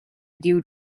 dew